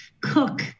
cook